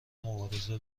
مبارزه